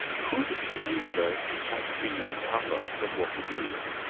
could the universe have been other than what it is?